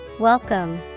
Welcome